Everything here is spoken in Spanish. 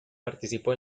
participó